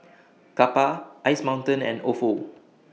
Kappa Ice Mountain and Ofo